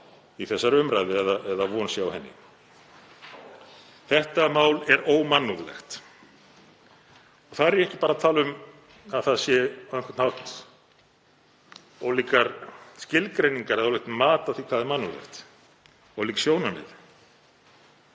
í þessari umræðu eða að von sé á henni. Þetta mál er ómannúðlegt. Þá er ég ekki bara að tala um að hér séu á einhvern hátt ólíkar skilgreiningar eða ólíkt mat á því hvað er mannúðlegt, ólík sjónarmið.